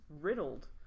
riddled